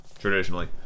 traditionally